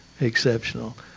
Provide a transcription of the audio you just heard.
exceptional